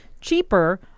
cheaper